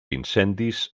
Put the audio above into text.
incendis